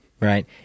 right